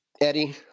Eddie